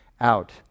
out